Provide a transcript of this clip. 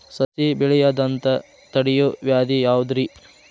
ಸಸಿ ಬೆಳೆಯದಂತ ತಡಿಯೋ ವ್ಯಾಧಿ ಯಾವುದು ರಿ?